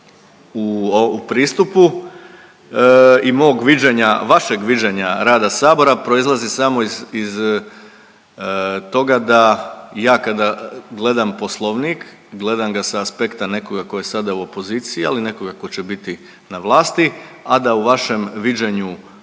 viđenja vašeg viđenja rada Sabora proizlazi samo iz toga da ja kada gledam Poslovnik gledam ga sa aspekta nekoga tko je sada u opoziciji, ali i nekoga tko će biti na vlasti, a da u vašem viđenju